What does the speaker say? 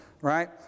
right